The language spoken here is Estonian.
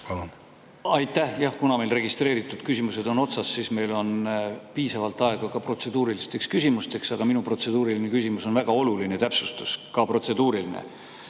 Jah, kuna meil registreeritud küsimused on otsas, siis on meil piisavalt aega ka protseduurilisteks küsimusteks. Minu protseduuriline küsimus on väga oluline täpsustus, ka protseduuriline.